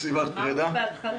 אנחנו לא במסיבת פרידה.